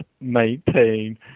maintain